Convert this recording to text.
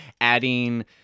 adding